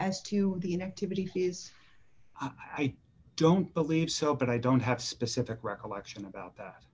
as to the inactivity fees i don't believe so but i don't have specific recollection about that